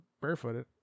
barefooted